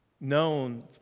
known